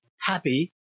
happy